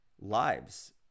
lives